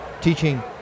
teaching